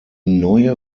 neue